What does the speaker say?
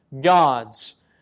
God's